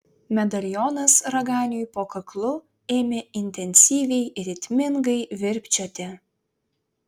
medalionas raganiui po kaklu ėmė intensyviai ritmingai virpčioti